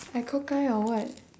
I cockeye or what